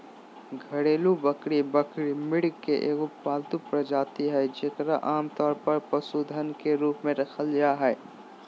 घरेलू बकरी बकरी, मृग के एगो पालतू प्रजाति हइ जेकरा आमतौर पर पशुधन के रूप में रखल जा हइ